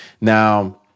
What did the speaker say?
Now